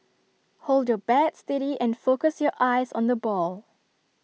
hold your bat steady and focus your eyes on the ball